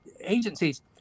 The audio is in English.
agencies